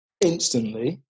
instantly